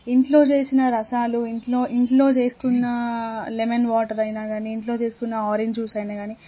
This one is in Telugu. ఇంట్లో చేసిన రసాలు ఇంట్లో ఇంట్లో చేసుకున్నా లెమన్ వాటర్ అయినా కాని ఇంట్లో చేసుకున్న ఆరెంజ్ జ్యూస్ అయినా కాని